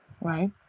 Right